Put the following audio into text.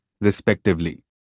respectively